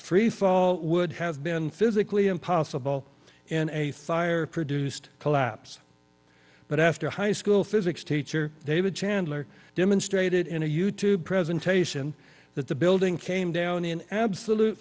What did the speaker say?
freefall would have been physically impossible in a fire produced collapse but after high school physics teacher david chandler demonstrated in a youtube presentation that the building came down in absolute